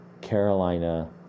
Carolina